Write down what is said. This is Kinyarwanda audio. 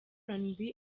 rnb